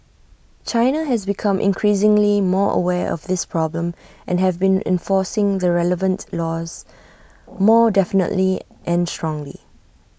China has become increasingly more aware of this problem and have been enforcing the relevant laws more definitely and strongly